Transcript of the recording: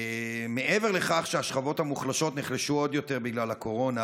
מעבר לכך שהשכבות המוחלשות נחלשו עוד יותר בגלל הקורונה,